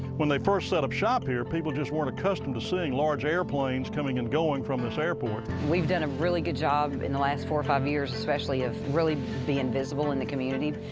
when they first set up shop here, people just weren't accustomed to seeing large airplanes coming and going from this airport. we've done a really good job in the last four or five years especially of really being visible in the community,